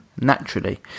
naturally